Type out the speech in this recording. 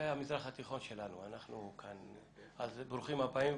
זה המזרח התיכון שלנו, אז ברוכים הבאים.